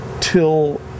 till